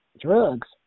drugs